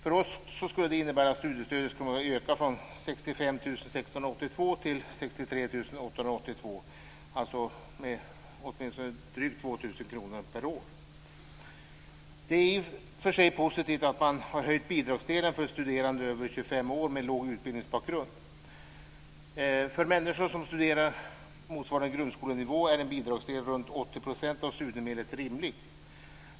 Det skulle innebära att studiemedlen skulle öka till 65 682 kr från Det är i och för sig positivt att man har höjt bidragsdelen för studerande över 25 år med låg utbildningsbakgrund. För människor som studerar på motsvarande grundskolenivå är en bidragsdel på runt 80 % av studiemedlet rimlig.